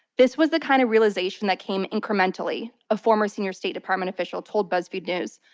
this was the kind of realization that came incrementally a former senior state department official told buzzfeed news.